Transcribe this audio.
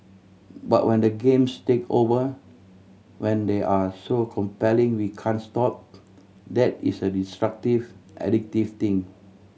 but when the games take over when they are so compelling we can't stop that is a destructive addictive thing